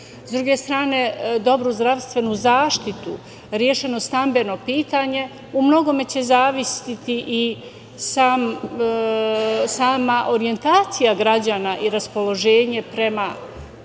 s druge strane dobru zdravstvenu zaštitu, rešeno stambeno pitanje u mnogome će zavisiti i sama orijentacija građana i raspoloženje prema